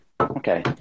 okay